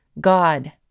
God